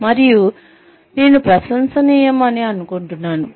మరియు నేను ప్రశంసనీయం అని అనుకుంటున్నాను